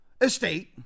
estate